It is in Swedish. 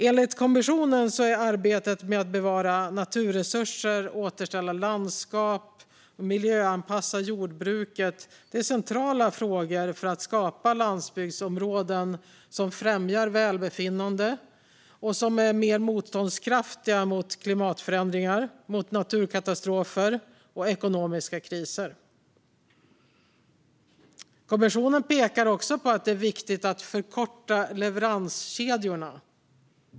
Enligt kommissionen är arbetet med att bevara naturresurser, återställa landskap och miljöanpassa jordbruket centralt för att skapa landsbygdsområden som främjar välbefinnande och som är mer motståndskraftiga mot klimatförändringar, naturkatastrofer och ekonomiska kriser. Kommissionen pekar också på att det är viktigt att förkorta leveranskedjorna.